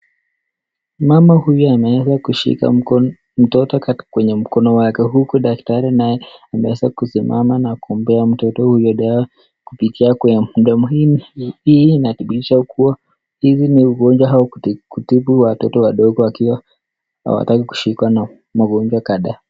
Mama huyu ameeza kushika mtoto kwenye mkono wake huku daktari naye ameeza kusimama na kumpea mtoto huyu dawa kupitia kwa mdomo, hii inathibitisha kuwa hizi ni ugonjwa au kutibu watoto wadogo wakiwa hawataki kushikwa na magonjwa kadhaa.